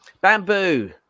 Bamboo